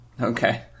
Okay